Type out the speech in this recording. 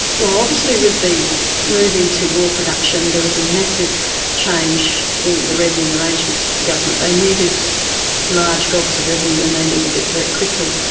well obviously with the move into war production, there was a massive change in the revenue arrangements for the government. they needed large gobs of revenue and they needed it very quickly.